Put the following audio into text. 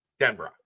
Denbrock